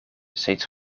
steeds